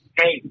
hey